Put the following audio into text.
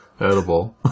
Edible